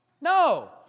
No